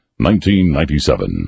1997